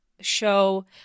show